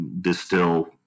distill